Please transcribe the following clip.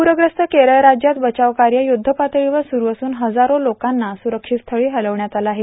पूरग्रस्त केरळ राज्यात बचाव कार्य युद्ध पातळीवर सुरू असून हजारो लोकांना सुरक्षित स्थळी हलविण्यात आलं आहे